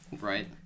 Right